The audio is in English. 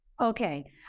Okay